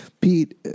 Pete